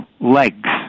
legs